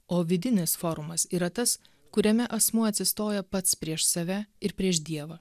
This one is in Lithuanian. o vidinis forumas yra tas kuriame asmuo atsistoja pats prieš save ir prieš dievą